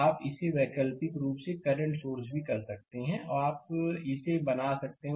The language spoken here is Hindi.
आप इसे वैकल्पिक रूप से करंट सोर्स भी कर सकते हैं आप इसे बना सकते हैं